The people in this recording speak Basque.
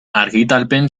argitalpen